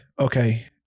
okay